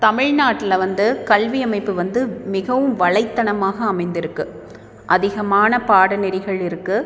தமிழ்நாட்டில் வந்து கல்வி அமைப்பு வந்து மிகவும் வலைத்தனமாக அமைந்திருக்கு அதிகமான பாட நெறிகள் இருக்குது